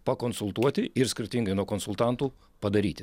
pakonsultuoti ir skirtingai nuo konsultantų padaryti